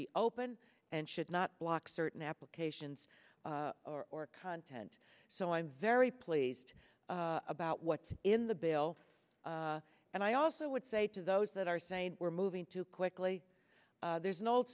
be open and should not block certain applications or content so i'm very pleased about what's in the bill and i also would say to those that are saying we're moving too quickly there's an old